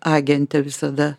agentė visada